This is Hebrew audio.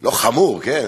לא חמור, כן?